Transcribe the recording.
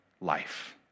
life